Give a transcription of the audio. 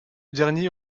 dernier